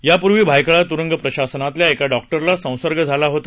यापूर्वी भायखळा तुरुंग प्रशासनातल्या एका डॉक्टरला संसर्ग झाला होता